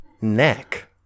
neck